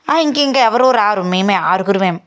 ఇంక ఎవరు రారు మేము ఆరుగురం